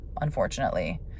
unfortunately